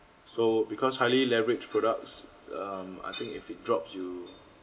so because highly leveraged products um I think if it drops you